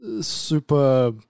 super